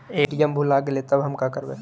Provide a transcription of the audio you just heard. ATM भुला गेलय तब हम काकरवय?